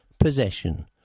possession